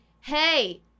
Hey